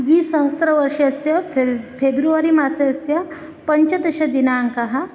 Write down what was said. द्विसहस्रतमवर्षस्य फेब्रुवरि मासस्य पञ्चदशदिनाङ्कः